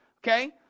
Okay